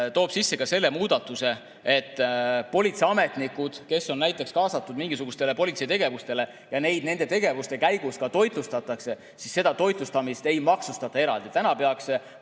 toob sisse ka selle muudatuse, et kui politseiametnikud on näiteks kaasatud mingisugustesse politsei tegevustesse ja neid nende tegevuste käigus toitlustatakse, siis seda toitlustamist ei maksustata eraldi. Praegu